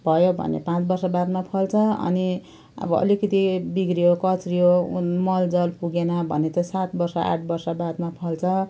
भयो भने पाँच वर्ष बादमा फल्छ अनि अब अलिकति बिग्रियो कच्रियो अनि मल जल पुगेन भने त सात वर्ष आठ वर्ष बादमा फल्छ